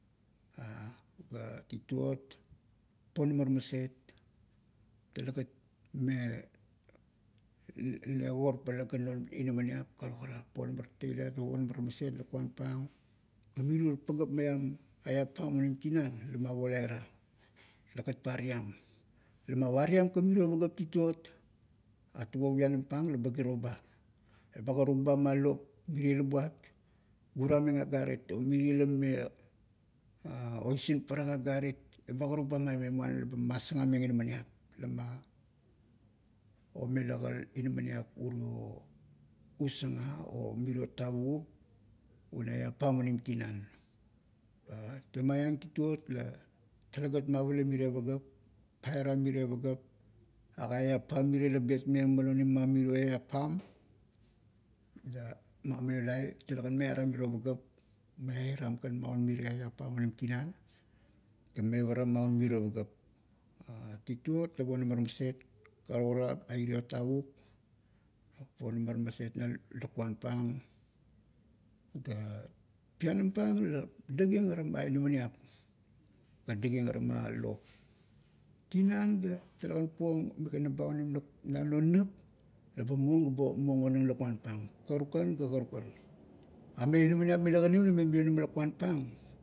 Ga tituot, ponamar maset. Talegat me nekorpala ga non inaminiap, karukara, ponamar toteiliat ga ponamar maset lakuan pang. Ga mirie pagap maiam eap pam onim tinan la mavolai ra, taegat pariam. Lama pariam ka miro, pagap tituot, atabo pianam pana laba kiro ba. Eba karuk ba ma lop, mirie la buat gura-meng agarit, mirie la mime oisin parak agarit, eba karuk ba maime, muana laba masagameng inaminiap, lamaomela ka inaminiap uro usaga, o miro tavukup un eap pam onim tinan. Temaieng, tituot la, talegat mavala miro pagap, pairam miro pagap, aga eap pam mirie la betmeng malonim ma miro eap pam, pairam miro pagap, aga eap pam mirie la betmeng malonim ma miro eap pam, ga mamiolai, talegan miaram miro pagap, maiaram kan mirie eap pam onim tinan, ga mevara maun miro pagap. Tituot la ponamar maset, karukara a iro pianm pang la dakieng ara ma inaminiap, ga dakieng ara ma lop. Tinan ga, talegan puong migana ba onim na non nap, laba muong gaba muong onang lakuan pang, "karukan, ga karukan". Ame inaminiap mila kanim lame mionama lakuan pang.